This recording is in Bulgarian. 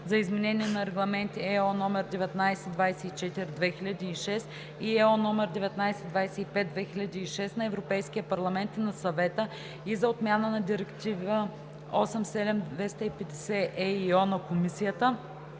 за изменение на регламенти (ЕО) № 1924/2006 и (ЕО) № 1925/2006 на Европейския парламент и на Съвета и за отмяна на Директива 87/250/ЕИО на Комисията,